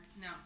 no